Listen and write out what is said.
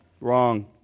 Wrong